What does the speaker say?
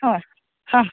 ಹಾಂ ಹಾಂ